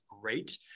great